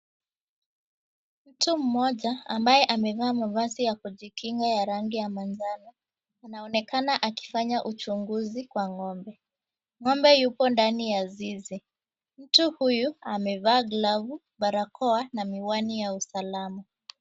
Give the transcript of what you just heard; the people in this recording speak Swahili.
Mtu mmoja ambaye amevaa mavazi ya kujikinga ya rangi ya manjano, anaonekana akifanya uchunguzi kwa ng'ombe. Ng'ombe yupo ndani ya zizi. Mtu huyu, amevaa glavu, barakoa na miwani ya usalama.